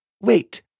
Wait